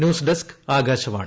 news desk Akashvani